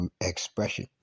expression